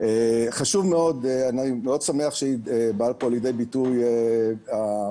חשוב מאוד ואני מאוד שמח שבא כאן לידי ביטוי הטאבו,